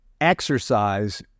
exercise